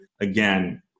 Again